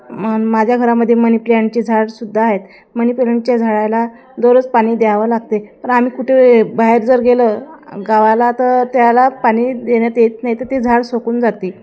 माझ्या घरामध्ये मनीप्लंटची झाडसुद्धा आहेत मनीप्लांटच्या झाडाला दररोज पाणी द्यावं लागते आम्ही कुठे बाहेर जर गेलं गावाला तर त्याला पाणी देण्यात येत नाही तर ते झाड सुकून जाते